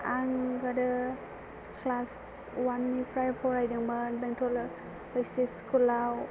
आं गोदो class one निफ्राय फरायदोंमोन बेंटल प्रिटिस स्कुल आव